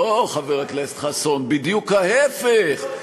לא, חבר הכנסת חסון, בדיוק ההפך.